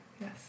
yes